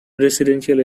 residential